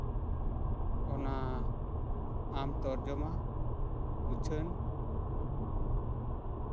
ᱚᱱᱟ ᱟᱢ ᱛᱚᱨᱡᱚᱢᱟ ᱩᱪᱷᱟᱹᱱ